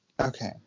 Okay